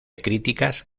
críticas